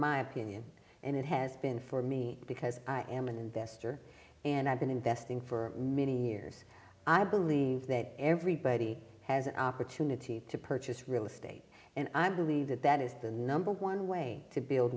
my opinion and it has been for me because i am an investor and i've been investing for many years i believe that everybody has an opportunity to purchase real estate and i believe that that is the number one way to build